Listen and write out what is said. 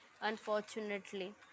unfortunately